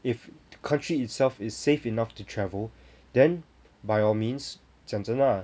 if country itself is safe enough to travel then by all means 讲真的 ah